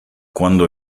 cuando